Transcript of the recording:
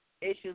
issues